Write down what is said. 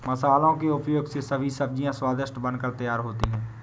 मसालों के उपयोग से सभी सब्जियां स्वादिष्ट बनकर तैयार होती हैं